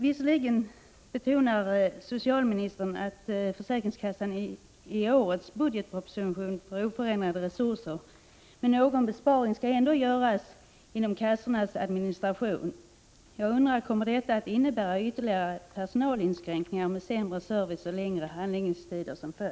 Visserligen betonar socialministern att försäkringskassan i årets budgetproposition får oförändrade resurser, men besparingar skall ändå genomföras i försäkringskassornas administration. Kommer detta att innebära ytterligare personalinskränkningar med sämre service och längre handläggningstider som följd?